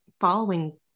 following